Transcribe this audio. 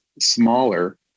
smaller